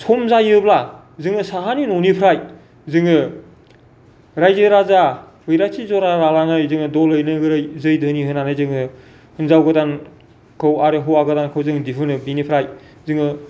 सम जायोब्ला जोङो साहानि न'निफ्राय जोङो रायजो राजा बैराथि जरा लानानै जोङो दलै नोगोरै जोय धोनि होनानै जोङो हिनजाव गोदानखौ आरो हौआ गोदानखौ जों दिहुनो बेनिफ्राय जोङो